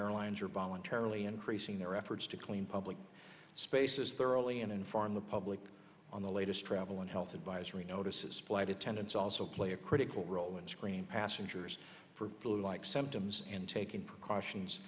airlines are voluntarily increasing their efforts to clean public spaces thoroughly and inform the public on the latest travel and health advisory notices flight attendants also play a critical role in screening passengers for flu like symptoms and taking precautions